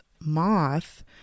moth